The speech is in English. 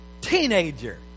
teenager